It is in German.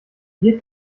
hier